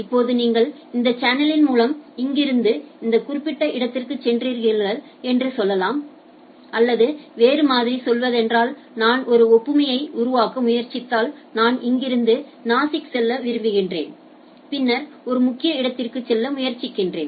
இப்போது நீங்கள் இந்த சேனலின் மூலம் இங்கிருந்து அந்த குறிப்பிட்ட இடத்திற்குச் சென்றீர்கள் என்று சொல்லலாம் அல்லது வேறு மாதிரி சொல்வதென்றால் நான் ஒரு ஒப்புமையை உருவாக்க முயற்சித்தால் நான் இங்கிருந்து நாசிக் சொல்ல விரும்புகிறேன் பின்னர் ஒரு முக்கிய இடத்திற்கு செல்ல முயற்சிக்கிறேன்